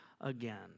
again